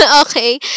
okay